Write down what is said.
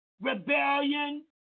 rebellion